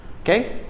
Okay